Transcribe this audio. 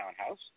townhouse